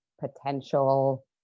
potential